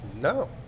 No